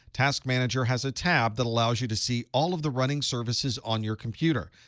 task manager has a tab that allows you to see all of the running services on your computer.